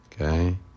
Okay